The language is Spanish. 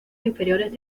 inferiores